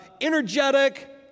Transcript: energetic